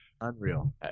Unreal